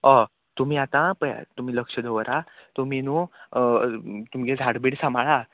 अ तुमी आतां पयात तुमी लक्ष दवरा तुमी न्हू तुमगे झाड बीड सांबाळा